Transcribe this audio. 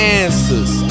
answers